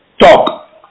talk